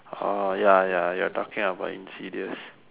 orh ya ya you're talking about insidious